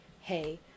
Hey